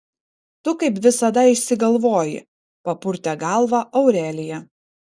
tu kaip visada išsigalvoji papurtė galvą aurelija